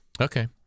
Okay